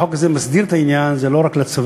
החוק הזה מסדיר את העניין הזה לא רק לצבא